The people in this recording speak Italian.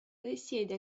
risiede